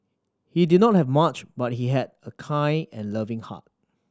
he did not have much but he had a kind and loving heart